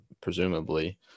presumably